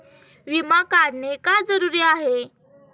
विमा काढणे का जरुरी आहे?